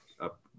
up